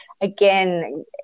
again